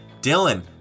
Dylan